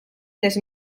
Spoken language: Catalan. les